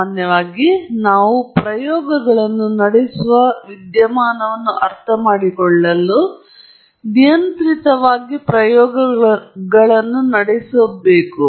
ಸಾಮಾನ್ಯವಾಗಿ ನಾವು ಪ್ರಯೋಗಗಳನ್ನು ನಡೆಸುವ ವಿದ್ಯಮಾನವನ್ನು ಅರ್ಥಮಾಡಿಕೊಳ್ಳಲು ನಾವು ನಿಯಂತ್ರಿತ ಪ್ರಯೋಗಗಳನ್ನು ನಡೆಸುತ್ತೇವೆ